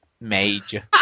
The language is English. major